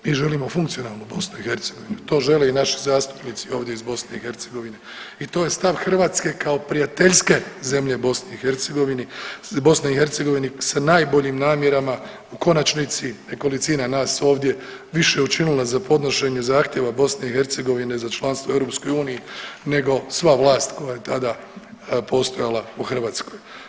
Mi želimo funkcionalnu BiH, to žele i naši zastupnici ovdje iz BiH i to je stav Hrvatske kao prijateljske zemlje BiH, BiH sa najboljim namjerama u konačnici nekolicina nas ovdje više je učinila za podnošenje zahtjeva BiH za članstvo u EU nego sva vlast koja je tada postojala u Hrvatskoj.